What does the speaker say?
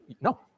No